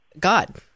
God